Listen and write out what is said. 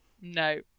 no